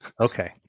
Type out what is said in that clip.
Okay